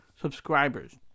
subscribers